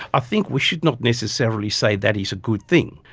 i think we should not necessarily say that is a good thing,